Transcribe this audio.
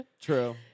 True